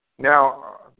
Now